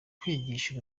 kwigisha